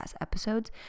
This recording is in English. episodes